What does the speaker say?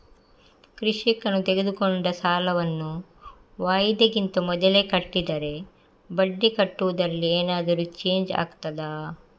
ಕೃಷಿಕನು ತೆಗೆದುಕೊಂಡ ಸಾಲವನ್ನು ವಾಯಿದೆಗಿಂತ ಮೊದಲೇ ಕಟ್ಟಿದರೆ ಬಡ್ಡಿ ಕಟ್ಟುವುದರಲ್ಲಿ ಏನಾದರೂ ಚೇಂಜ್ ಆಗ್ತದಾ?